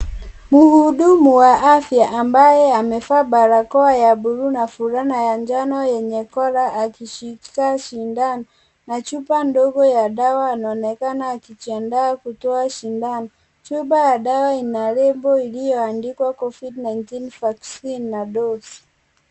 Mhudumu wa afya ambaye amevaa barakoa ya bluu na fulana ya njano yenye kola akishikilia sindano na chupa ndogo ya dawa inaonekana akijiandaa kutoa sindano. Chupa ya dawa ina label iliyoandikwa covid-19 vaccine na dose .